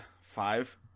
five